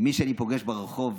מי שאני פוגש ברחוב,